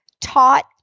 taught